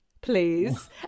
please